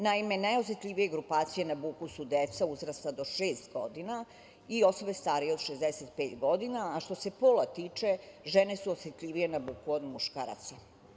Naime, najosetljivija grupacija na buku su deca uzrasta do šest godina, i osobe starije od 65 godina, a što se pola tiče žene su osetljivije na buku od muškaraca.